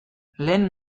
lehen